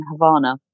Havana